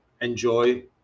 enjoy